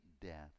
death